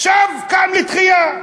עכשיו קם לתחייה.